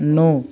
नौ